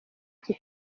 iki